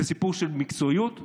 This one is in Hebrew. זה סיפור של מקצועיות,